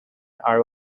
are